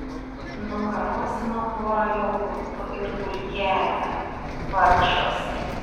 nukarosino pora jogurtų ir bulkelę vargšas